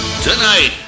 Tonight